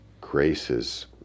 graces